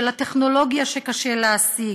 של הטכנולוגיה שקשה להשיג,